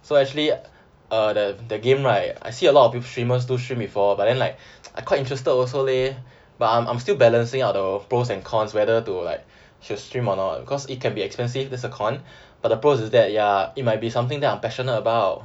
so actually uh the game right I see a lot of streamers do stream before but then like I quite interested also leh but I'm I'm still balancing out the pros and cons whether to like should stream or not because it can be expensive that's a cons but the pros is it might be something that I'm passionate about